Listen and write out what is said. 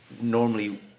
normally